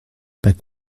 pas